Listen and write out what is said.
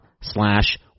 slash